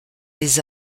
les